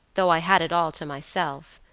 though i had it all to myself,